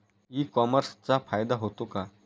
E कॉमर्सचा फायदा होतो का?